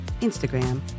Instagram